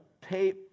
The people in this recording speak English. pay